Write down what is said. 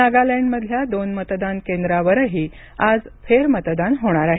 नागालँडमधल्या दोन मतदान केंद्रावरही आज फेरमतदान होणार आहे